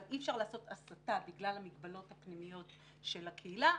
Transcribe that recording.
אבל אי אפשר לעשות הסטה בגלל המגבלות הפנימיות של הקהילה.